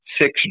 Six